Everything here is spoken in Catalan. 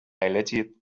elegit